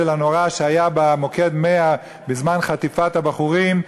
הנורא שהיה במוקד 100 בזמן חטיפת הבחורים,